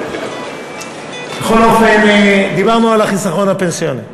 בכל אופן, דיברנו על החיסכון הפנסיוני.